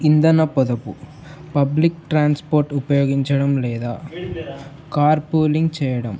ఇంధన పొదుపు public transport ఉపయోగించడం లేదా కార్ పూలింగ్ చేయడం